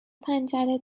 پنجره